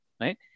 right